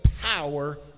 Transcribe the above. power